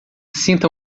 sinta